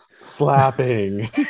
slapping